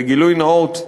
בגילוי נאות,